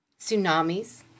tsunamis